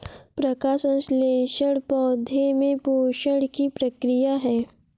प्रकाश संश्लेषण पौधे में पोषण की प्रक्रिया है